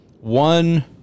one